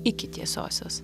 iki tiesiosios